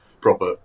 proper